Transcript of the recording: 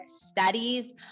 studies